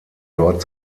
dort